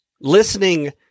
listening